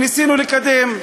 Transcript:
וניסינו לקדם.